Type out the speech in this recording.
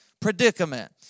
predicament